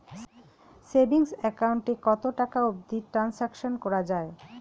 Savings account এ কতো টাকা অবধি ট্রানসাকশান করা য়ায়?